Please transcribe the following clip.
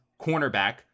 cornerback